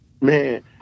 man